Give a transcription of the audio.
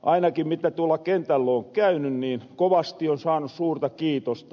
ainakin mitä tuolla kentällä oon käyny niin kovasti on saanu suurta kiitosta